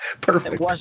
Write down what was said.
Perfect